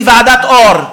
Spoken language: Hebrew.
היא ועדת אור,